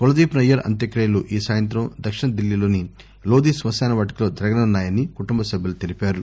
కుల్దీప్ నయ్యర్ అంత్యక్తియలు ఈ సాయంగ్రం దక్షిణ ధిల్లీలోని లోధి స్నశానవాటికలో జరగనున్నాయని కుటుంబ సభ్యులు తెలిపారు